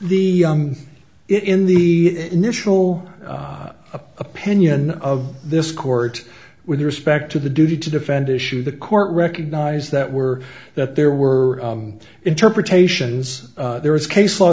the it in the initial opinion of this court with respect to the duty to defend issue the court recognize that were that there were interpretations there is case law